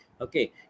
Okay